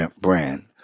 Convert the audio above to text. brand